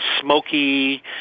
smoky